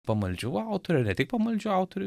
pamaldžių autorių ne tik pamaldžių autorių